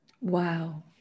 Wow